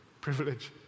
privilege